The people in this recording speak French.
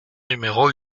numéro